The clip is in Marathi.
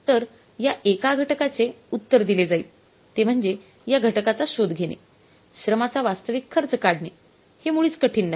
तर या एका घटकाचे उत्तर दिले जाईल ते म्हणजे या घटकाचा शोध घेणे श्रमाचा वास्तविक खर्च काढणे हे मुळीच कठीण नाही